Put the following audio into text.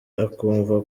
akumva